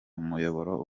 umuyoboro